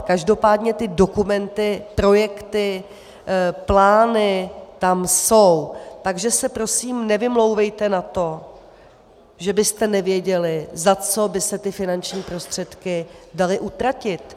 Každopádně ty dokumenty, projekty, plány tam jsou, takže se prosím nevymlouvejte na to, že byste nevěděli, za co by se ty finanční prostředky daly utratit.